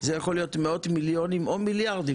זה יכול להיות מאות מיליונים או מיליארדים,